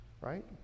Right